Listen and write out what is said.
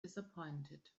disappointed